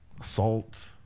assault